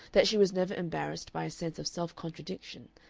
that she was never embarrassed by a sense of self-contradiction,